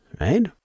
right